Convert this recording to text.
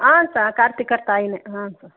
ಹಾಂ ಸ ಕಾರ್ತಿಕ್ ಅವ್ರ ತಾಯಿನೇ ಹಾಂ ಸರ್